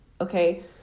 okay